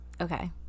Okay